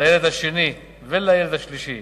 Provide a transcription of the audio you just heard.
לילד השני ולילד השלישי.